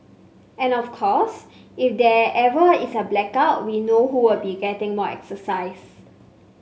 and of course if there ever is a blackout we know who will be getting more exercise